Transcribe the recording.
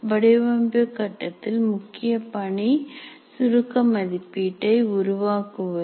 வடிவமைப்பு கட்டத்தில் முக்கிய பணி சுருக்க மதிப்பீட்டை உருவாக்குவது